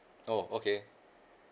oh okay